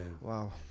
Wow